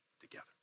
together